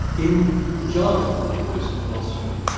in the jargon of buddhist philosophy,